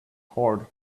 heart